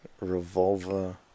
revolver